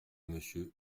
monsieur